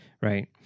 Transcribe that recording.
right